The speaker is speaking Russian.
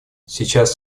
сейчас